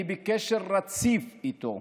אני בקשר רציף איתו,